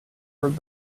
heard